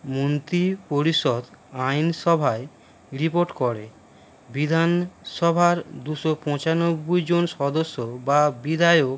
মন্ত্রী পরিষদ আইনসভায় রিপোর্ট করে বিধানসভার দুশো পঁচানব্বই জন সদস্য বা বিধায়ক